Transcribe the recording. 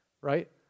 right